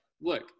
look